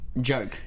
joke